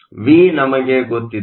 ಆದ್ದರಿಂದ ವಿನಮಗೆ ಗೊತ್ತಿದೆ